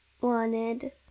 wanted